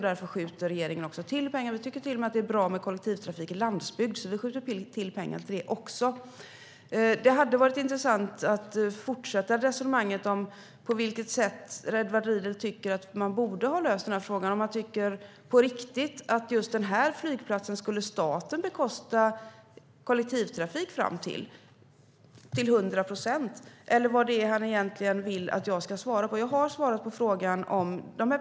Därför skjuter regeringen också till pengar. Vi tycker till och med att det är bra med kollektivtrafik i landsbygd och skjuter till pengar till det också. Det skulle vara intressant att fortsätta resonemanget om på vilket sätt Edward Riedl tycker att man borde ha löst frågan. Tycker han på riktigt att staten ska bekosta kollektivtrafik till just den här flygplatsen till 100 procent? Vad vill han egentligen att jag ska svara på? Jag har svarat på frågan.